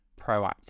proactive